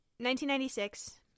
1996